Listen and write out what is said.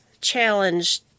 challenge